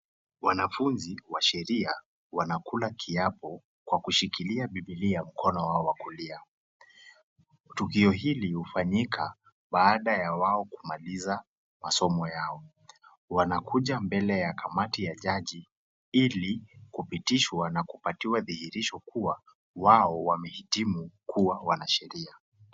Wanafunzi wa sheria wanakula kiapo kwa kushikilia bibilia mkono wao wa kulia, tukio hili hufanyika baada ya wao kumaliza masomo yao, wanakuja mbele ya kamati ya jaji ili kupitishwa na kupatiwa thihirisho kua wao wamehitimu kuwa wanasheria.